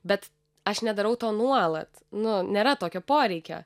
bet aš nedarau to nuolat nu nėra tokio poreikio